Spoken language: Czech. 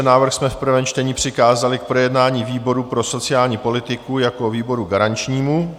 Návrh jsme v prvém čtení přikázali k projednání výboru pro sociální politiku jako výboru garančnímu.